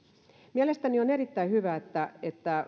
mielestäni on erittäin hyvä että että